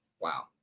Wow